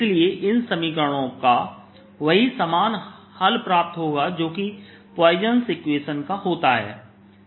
इसलिए इन समीकरणों का वही समान हल प्राप्त होगा जोकि पॉइसन इक्वेशनPoisson's Equation का होता है